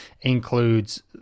includes